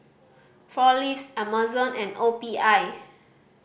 Four Leaves Amazon and O P I